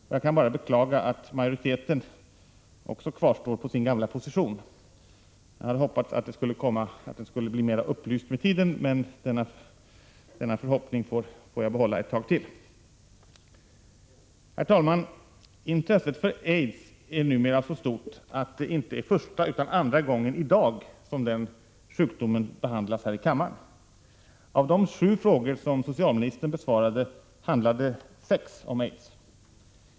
Jag kan bara beklaga att majoriteten håller fast vid sin gamla position. Jag hade hoppats att majoriteten skulle bli mera upplyst med tiden, men denna förhoppning får jag behålla ett tag till. Herr talman! Intresset för aids är numera så stort att det inte är första utan andra gången i dag som denna sjukdom diskuteras i kammaren. Av de sju frågor som socialministern besvarade i dag handlade sex om aids.